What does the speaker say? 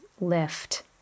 lift